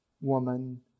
woman